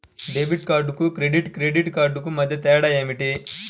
Debit కార్డుకు credit credit కార్డుకు మధ్య తేడా ఏమిటీ?